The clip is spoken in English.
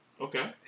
Okay